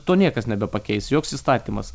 to niekas nebepakeis joks įstatymas